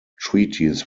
treaties